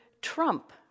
trump